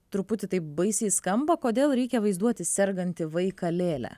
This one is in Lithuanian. truputį taip baisiai skamba kodėl reikia vaizduoti sergantį vaiką lėle